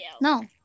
no